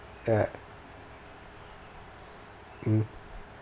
err mm